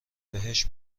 بهشت